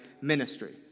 ministry